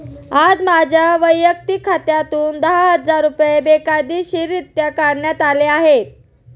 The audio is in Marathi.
आज माझ्या वैयक्तिक खात्यातून दहा हजार रुपये बेकायदेशीररित्या काढण्यात आले आहेत